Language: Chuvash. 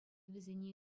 вӗсене